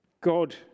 God